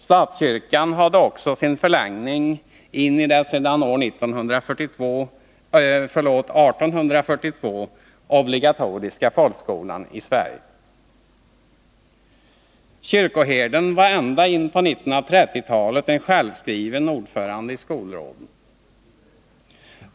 Statskyrkan hade också sin förlängning in i den sedan 1842 obligatoriska folkskolan i Sverige. Kyrkoherden var ända in på 1930-talet en självskriven ordförande i skolråden.